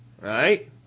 right